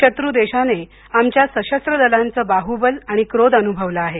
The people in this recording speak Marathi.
शत्रू देशाने आमच्या सशस्त्र दलांचे बाहुबल आणि क्रोध अनुभवला आहे